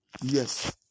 Yes